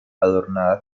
adornada